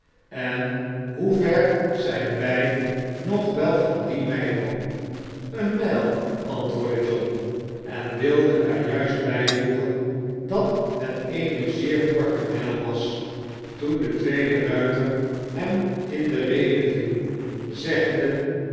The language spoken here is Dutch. en soever zijn wij nog wel van dien m e i b o o m eene mijl antwoordde john en wilde er juist bijvoegen dat het eene zeer korte mijl was toen de tweede ruiter hem in de rede viel zeggende